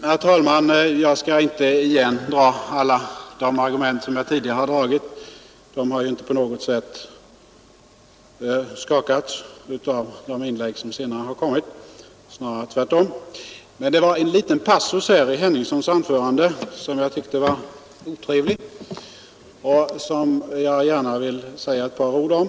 Herr talman! Jag skall inte återigen upprepa alla de argument som jag tidigare framfört. De har ju inte på något sätt skakats av de inlägg som senare gjorts — snarare tvärtom. Men det var en liten passus i herr Henningssons anförande som jag tyckte var otrevlig och som jag gärna vill säga ett par ord om.